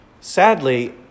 sadly